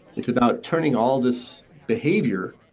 it's about turning all this behavior,